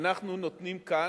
אנחנו נותנים כאן,